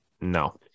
No